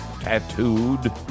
tattooed